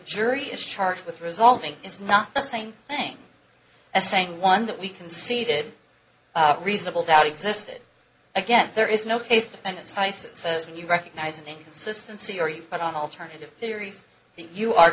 jury is charged with resulting is not the same thing as saying one that we conceded reasonable doubt existed again there is no case defendant syces says when you recognize an inconsistency or you put on alternative theories you are